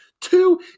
two